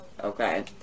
okay